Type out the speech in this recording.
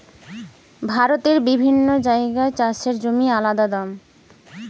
ভারতের বিভিন্ন জাগায় চাষের জমির আলদা দাম